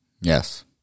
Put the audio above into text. Yes